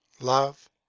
love